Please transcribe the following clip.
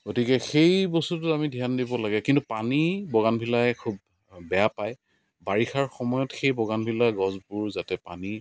গতিকে সেই বস্তুটো আমি ধ্য়ান দিব লাগে কিন্তু পানী বগানভিলাই খুব বেয়া পায় বাৰিষাৰ সময়ত সেই বগানভিলাৰ গছবোৰ যাতে পানী